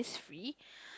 ~free